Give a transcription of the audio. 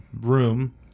room